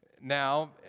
Now